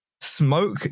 smoke